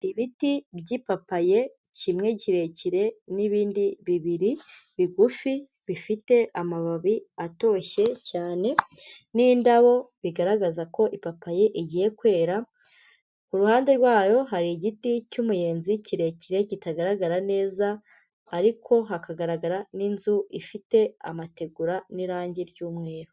Ibiti by'ipapaye kimwe kirekire n'ibindi bibiri bigufi bifite amababi atoshye cyane, n'indabo bigaragaza ko ipapaye igiye kwera, ku ruhande rwayo hari igiti cy'umuyenzi kirekire kitagaragara neza, ariko hakagaragara n'inzu ifite amategura n'irangi ry'umweru.